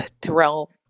Terrell